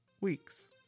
weeks